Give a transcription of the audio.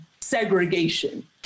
segregation